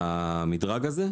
המדרג הזה.